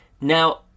Now